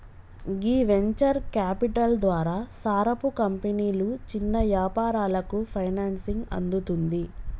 గీ venture capital ద్వారా సారపు కంపెనీలు చిన్న యాపారాలకు ఫైనాన్సింగ్ అందుతుంది